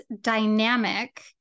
dynamic